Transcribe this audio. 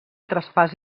traspàs